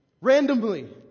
Randomly